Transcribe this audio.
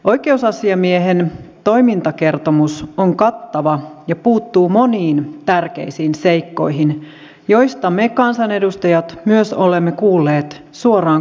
oikeusasiamiehen toimintakertomus on kattava ja puuttuu moniin tärkeisiin seikkoihin joista me kansanedustajat myös olemme kuulleet suoraan kansalaisilta